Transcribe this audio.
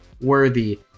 worthy